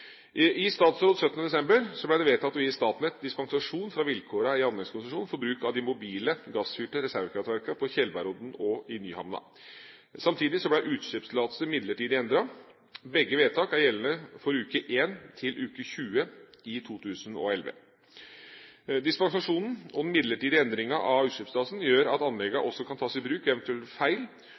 I statsråd 17. desember ble det vedtatt å gi Statnett dispensasjon fra vilkårene i anleggskonsesjonene for bruk av de mobile gassfyrte reservekraftverkene på Tjeldbergodden og i Nyhamna. Samtidig ble utslippstillatelsene midlertidig endret. Begge vedtak er gjeldende for ukene 1–20 i 2011. Dispensasjonen og den midlertidige endringen av utslippstillatelsene gjør at anleggene også kan tas i bruk ved eventuelle feil